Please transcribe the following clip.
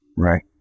Right